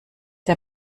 der